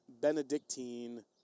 benedictine